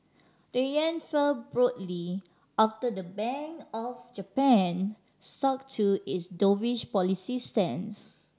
the yen fell broadly after the Bank of Japan stuck to its doveish policy stance